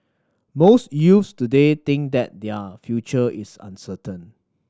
most youths today think that their future is uncertain